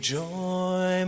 joy